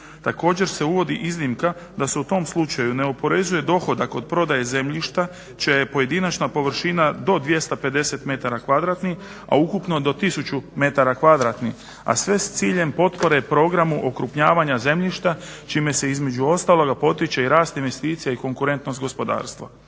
Također se uvodi iznimka da se u tom slučaju ne oporezuje dohodak od prodaje zemljišta čija je pojedinačna površina do 250 m2, a ukupno do 1000 m2, a sve s ciljem potpore programu okrupnjavanja zemljišta čime se između ostaloga potiče i rast investicija i konkurentnost gospodarstva.